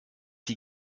sie